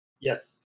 Yes